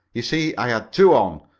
you see i had two on,